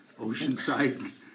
Oceanside